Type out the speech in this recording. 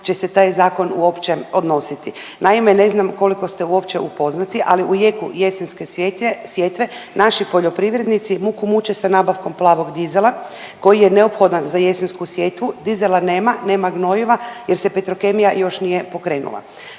će se taj zakon uopće odnositi. Naime, ne znam koliko ste uopće upoznati ali u jeku jesenske sjetve naši poljoprivrednici muku muče sa nabavkom plavog dizela koji je neophodan za jesensku sjetvu. Dizela nema, nema gnojiva jer se Petrokemija još nije pokrenula.